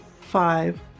Five